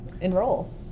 enroll